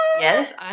Yes